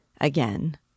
again